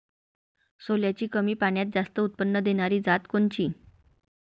सोल्याची कमी पान्यात जास्त उत्पन्न देनारी जात कोनची?